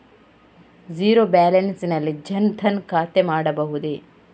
Zero balance ನಲ್ಲಿ ಜನ್ ಧನ್ ಖಾತೆ ಮಾಡಬಹುದೇ?